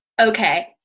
okay